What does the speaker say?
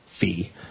fee